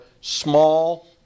small